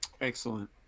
Excellent